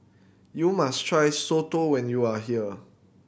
you must try soto when you are here